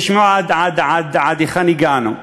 תשמעו עד היכן הגענו.